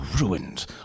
ruined